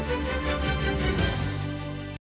Дякую.